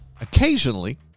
occasionally